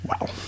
Wow